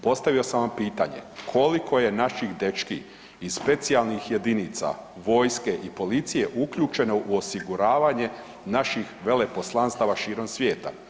Postavio sam vam pitanje koliko je naših dečki iz specijalnih jedinica, vojske i policije uključeno u osiguravanje naših veleposlanstava širom svijeta?